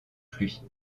pluies